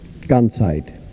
Ganzheit